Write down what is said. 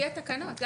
לפי התקנות.